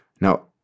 now